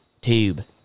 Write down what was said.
Tube